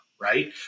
right